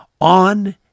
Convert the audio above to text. on